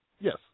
Yes